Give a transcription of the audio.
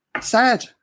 sad